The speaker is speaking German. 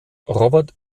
robert